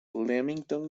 leamington